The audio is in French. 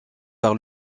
par